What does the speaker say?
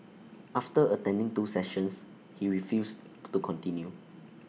after attending two sessions he refused to continue